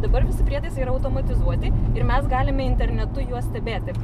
dabar visi prietaisai yra automatizuoti ir mes galime internetu juos stebėti